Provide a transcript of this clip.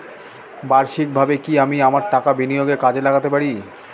বার্ষিকভাবে কি আমি আমার টাকা বিনিয়োগে কাজে লাগাতে পারি?